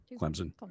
Clemson